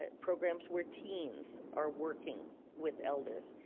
ah programs where teens are working with elders,